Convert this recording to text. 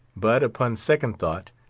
but, upon second thoughts,